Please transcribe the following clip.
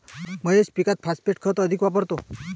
महेश पीकात फॉस्फेट खत अधिक वापरतो